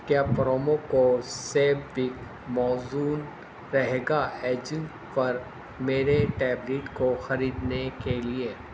کیا پرومو کو save big موزون رہے گا ایجیو پر میرے ٹیبلٹ کو خریدنے کے لیے